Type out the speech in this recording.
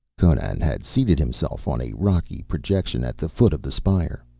conan had seated himself on a rocky projection at the foot of the spire.